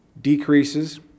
decreases